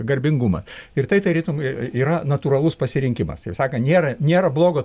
garbingumas ir tai tarytum yra natūralus pasirinkimas taip sakant nėra nėra blogo